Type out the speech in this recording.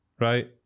right